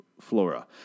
Flora